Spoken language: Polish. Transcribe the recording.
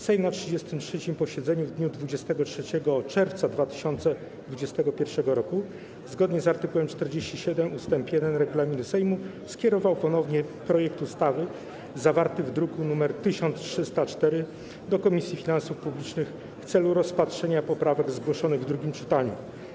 Sejm na 33. posiedzeniu w dniu 23 czerwca 2021 r., zgodnie z art. 47 ust. 1 regulaminu Sejmu, skierował ponownie projekt ustawy zawarty w druku nr 1304 do Komisji Finansów Publicznych w celu rozpatrzenia poprawek zgłoszonych w drugim czytaniu.